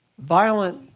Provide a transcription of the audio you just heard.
Violent